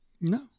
No